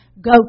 go